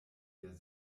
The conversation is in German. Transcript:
der